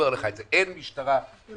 זה